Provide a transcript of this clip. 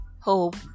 hope